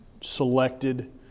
selected